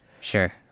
Sure